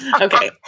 Okay